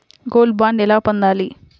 Gold bond ఎలా పొందాలి?